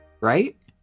right